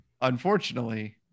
unfortunately